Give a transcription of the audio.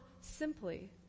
simply